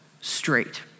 straight